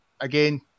again